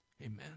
Amen